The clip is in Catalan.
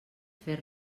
fer